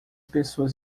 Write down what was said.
pessoas